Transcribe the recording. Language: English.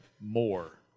more